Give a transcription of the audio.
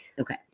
Okay